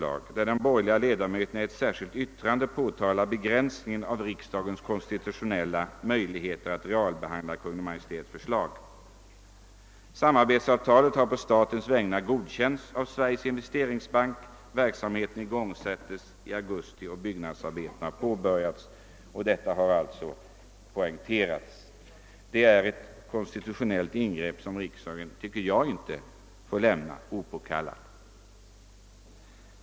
De borgerliga ledamöterna har i ett särskilt yttrande påtalat begränsningen av riksdagens konstitutionella möjligheter att realbehandla Kungl Maj:ts förslag. Samarbetsavtalet har på statens vägnar godkänts av Sveriges Investeringsbank AB, verksamheten igångsattes i augusti och byggnadsarbetena har påbörjats. Det är ett konstitutionellt ingrepp som jag tycker att riksdagen inte får lämna opåtalat.